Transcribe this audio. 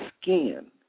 skin